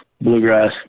bluegrass